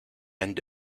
end